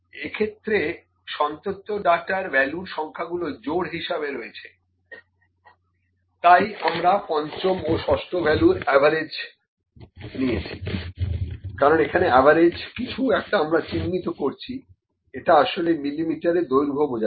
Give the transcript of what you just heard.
এক্ষেত্রে সন্তত ডাটার ভ্যালুর সংখ্যাগুলো জোড় হিসেবে রয়েছে এ দৈর্ঘ্য বোঝাচ্ছে